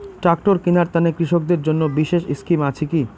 Tractor কিনার তানে কৃষকদের জন্য বিশেষ স্কিম আছি কি?